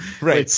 Right